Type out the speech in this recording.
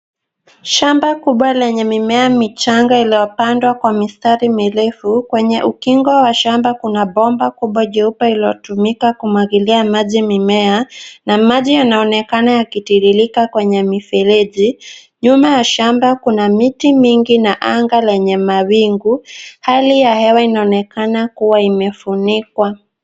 Shamba kubwa lenye mimea michanga iliyopandwa kwa mistari mirefu. Kwenye ukingo wa shamba, kuna bomba kubwa jeupe lililotumika kumwagilia maji mimea na maji yanaonekana yakitiririka kwenye mifereji. Nyuma ya shamba kuna miti mingi na anga lenye mawingu. Hali ya hewa inaonekana kuwa imefunikwa.